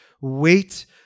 Wait